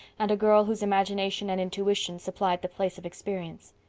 and a girl whose imagination and intuition supplied the place of experience.